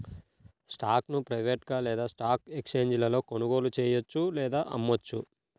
స్టాక్ను ప్రైవేట్గా లేదా స్టాక్ ఎక్స్ఛేంజీలలో కొనుగోలు చెయ్యొచ్చు లేదా అమ్మొచ్చు